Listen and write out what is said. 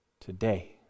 today